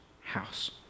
house